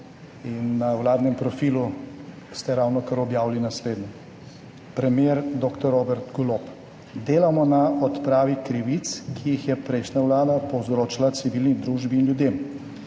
Na vladnem profilu ste ravnokar objavili naslednje, premier dr. Robert Golob: »Delamo na odpravi krivic, ki jih je prejšnja vlada povzročila civilni družbi in ljudem.